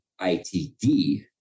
ITD